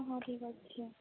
ହଉ ଠିକ୍ ଅଛି